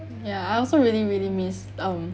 ya I also really really miss um